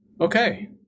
Okay